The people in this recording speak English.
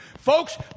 Folks